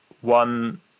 one